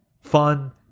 fun